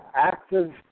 active